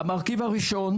המרכיב הראשון